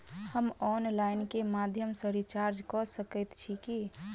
हम ऑनलाइन केँ माध्यम सँ रिचार्ज कऽ सकैत छी की?